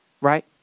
right